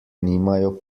nimajo